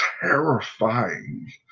terrifying